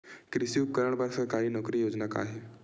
कृषि उपकरण बर सरकारी योजना का का हे?